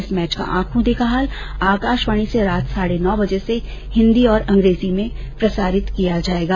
इस मैच का आंखों देखा हाल आकाशवाणी से रात साढ़े नौ बजे से हिंदी और अंग्रेजी में प्रसारित किया जाएगा